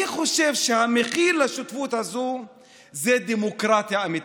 אני חושב שהמחיר של השותפות הזאת זה דמוקרטיה אמיתית,